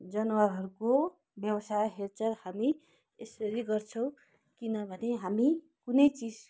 जनावरहरूको व्यवसाय हेरचार हामी यसरी गर्छौँ किनभने हामी कुनै चिज